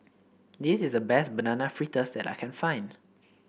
this is the best Banana Fritters that I can find